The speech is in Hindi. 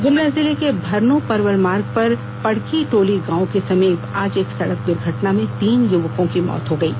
ग्मला जिले के भरनो परवल मार्ग पर पडकीटोली गांव के समीप आज एक सड़क द्र्घटना में तीन युवकों की मौत हो गयी